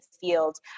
field